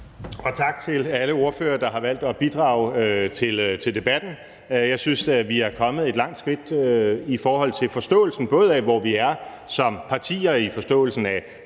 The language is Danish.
og tak til alle ordførere, der har valgt at bidrage til debatten. Jeg synes, vi er kommet et langt skridt både i forhold til forståelsen af, hvor vi er som partier, og i forståelsen af,